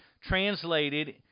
translated